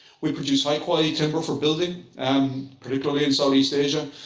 we produce high quality timber for building, um particularly in south east asia,